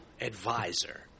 advisor